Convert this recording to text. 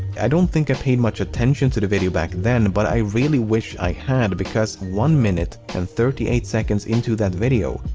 i don't think i paid much attention to the video back then but i really wish i had because one minute and thirty eight seconds into that video,